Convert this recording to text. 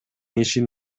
ишин